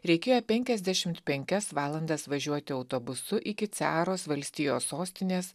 reikėjo penkiasdešimt penkias valandas važiuoti autobusu iki cearos valstijos sostinės